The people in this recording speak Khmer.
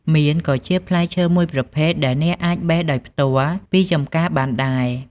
មៀនក៏ជាផ្លែឈើមួយប្រភេទដែលអ្នកអាចបេះដោយផ្ទាល់ពីចម្ការបានដែរ។